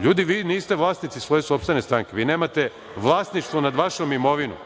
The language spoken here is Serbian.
Ljudi, vi niste vlasnici svoje sopstvene stranke, vi nemate vlasništvo nad vašom imovinom,